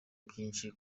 byinshi